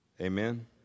Amen